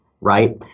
right